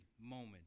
moment